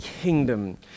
kingdom